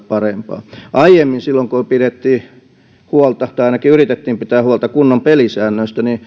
parempaan aiemmin silloin kun pidettiin huolta tai ainakin yritettiin pitää huolta kunnon pelisäännöistä